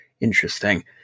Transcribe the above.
interesting